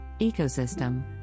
Ecosystem